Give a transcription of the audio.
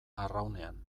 arraunean